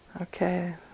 Okay